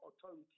authority